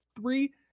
Three